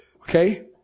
Okay